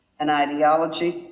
an ideology,